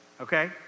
okay